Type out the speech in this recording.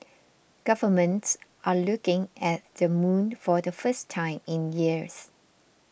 governments are looking at the moon for the first time in years